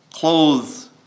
Clothes